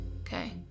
okay